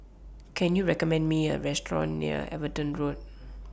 Can YOU recommend Me A Restaurant near Everton Road